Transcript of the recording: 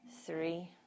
Three